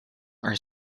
are